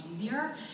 easier